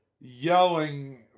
yelling